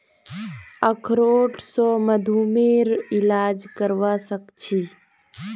अखरोट स मधुमेहर इलाज करवा सख छी